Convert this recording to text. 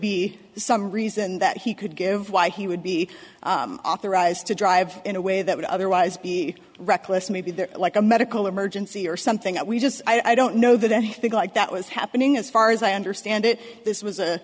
be some reason that he could give why he would be authorized to drive in a way that would otherwise be reckless maybe there like a medical emergency or something that we just i don't know that anything like that was happening as far as i understand it this was a